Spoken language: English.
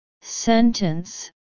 Sentence